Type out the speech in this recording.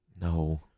No